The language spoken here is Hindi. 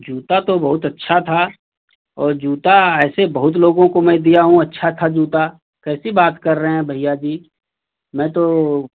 जूता तो बहुत अच्छा था और जूता ऐसे बहुत लोगों को मैं दिया हूँ अच्छा था जूता कैसी बात कर रहे हैं भैया जी मैं तो